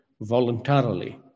voluntarily